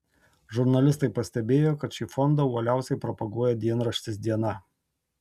žurnalistai pastebėjo kad šį fondą uoliausiai propaguoja dienraštis diena